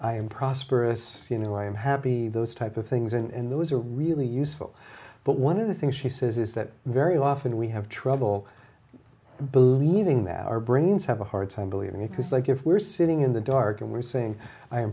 i am prosperous you know i am happy those type of things and those are really useful but one of the things she says is that very often we have trouble believing that our brains have a hard time believing it because like if we're sitting in the dark and we're saying i am